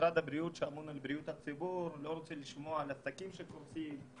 שמשרד הבריאות שאמון על בריאות הציבור לא רוצה לשמוע על עסקים שקורסים,